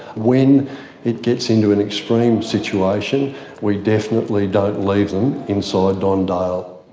when it gets into an extreme situation we definitely don't leave them inside don dale.